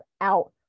out